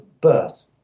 birth